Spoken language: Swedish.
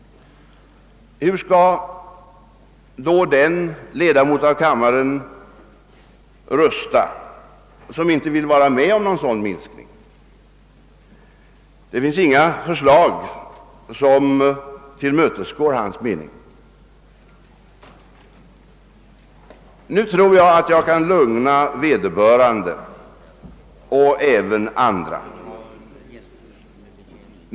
Hur skall då den ledamot av kammaren rösta som inte vill vara med om någon sådan minskning? Det finns inget förslag som överensstämmer med hans mening. Nu tror jag att jag kan lugna vederbörande och även andra.